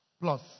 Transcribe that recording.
plus